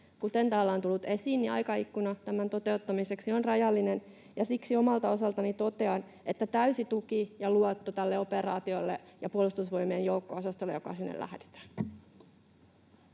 kuten täällä on tullut esiin. Aikaikkuna tämän toteuttamiseksi on rajallinen, ja siksi omalta osaltani totean: täysi tuki ja luotto tälle operaatiolle ja Puolustusvoimien joukko-osastolle, joka sinne lähetetään.